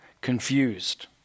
confused